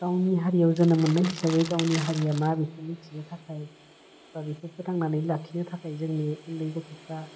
गावनि हारियाव जोनोम मोननाय हिसाबै गावनि हारिया मा बेखौ मिथिनो थाखाय बा बेखौ फोथांनानै लाखिनो थाखाय जोंनि उन्दै गथ'फ्रा